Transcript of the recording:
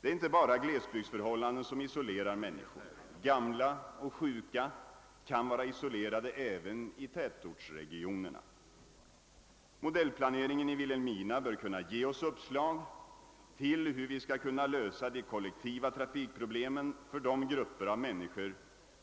Det är inte bara glesbygdsförhållan den som isolerar människorna; gamla och sjuka kan vara isolerade även i tätortsregionerna. Modellplaneringen i Vilhelmina bör kunna ge oss uppslag till hur vi skall kunna lösa de kollektiva trafikproblemen för de grupper av människor